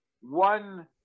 one